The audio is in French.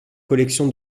collection